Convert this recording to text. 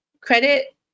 credit